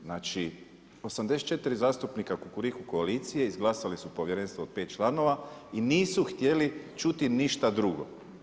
Znači, 84 zastupnika kukuriku koalicije izglasali su povjerenstvo od 5 članova i nisu htjeli čuti ništa drugo.